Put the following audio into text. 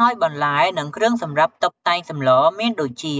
ហើយបន្លែ និងគ្រឿងសម្រាប់តុបតែងសម្លមានដូចជា